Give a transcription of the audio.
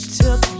took